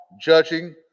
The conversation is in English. judging